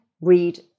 read